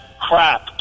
crap